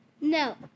No